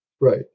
Right